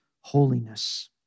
holiness